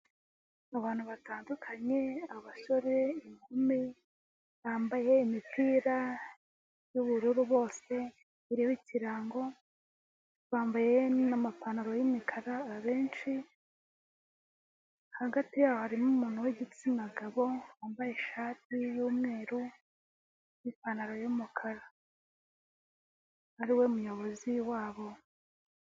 Abantu batandukanye abasore, inkumi, bambaye imipira y'ubururu bose iriho ikirango, bambaye n'amapantaro y'umukara abenshi, hagati yabo harimo umuntu w'igitsina gabo wambaye ishati y'umweru n'ipantaro y'umukara, ari we muyobozi wabo.